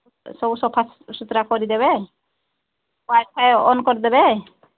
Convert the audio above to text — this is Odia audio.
ସବୁ ସଫାସୁତରା କରିଦେବେ ୱାଇ ଫାଇ ଅନ୍ କରିଦେବେ